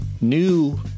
new